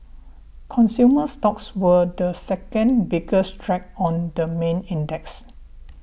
consumer stocks were the second biggest drag on the main index